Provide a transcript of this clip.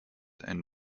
and